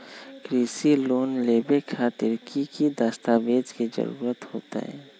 कृषि लोन लेबे खातिर की की दस्तावेज के जरूरत होतई?